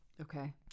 okay